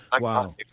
Wow